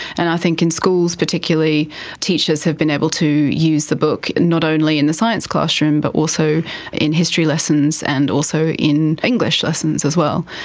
and i think in schools particularly teachers have been able to use the book not only in the science classroom but also in history lessons and also in english lessons as well.